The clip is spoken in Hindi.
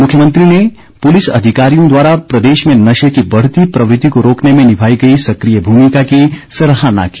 मुख्यमंत्री ने पुलिस अधिकारियों द्वारा प्रदेश में नशे की बढ़ती प्रवृत्ति को रोकने में निभाई गई सक्रिय भूमिका की सराहना की